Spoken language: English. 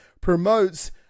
promotes